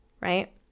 Right